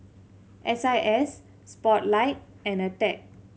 S I S Spotlight and Attack